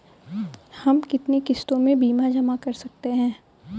हम कितनी किश्तों में बीमा जमा कर सकते हैं?